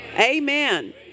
Amen